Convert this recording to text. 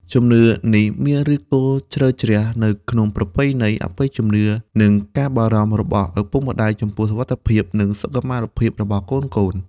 ជំនឿនេះមានឫសគល់ជ្រៅជ្រះនៅក្នុងប្រពៃណី អបិយជំនឿ និងការបារម្ភរបស់ឪពុកម្តាយចំពោះសុវត្ថិភាព និងសុខុមាលភាពរបស់កូនៗ។